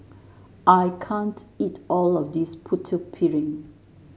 I can't eat all of this Putu Piring